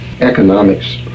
economics